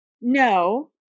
no